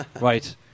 Right